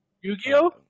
Yu-Gi-Oh